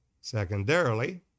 secondarily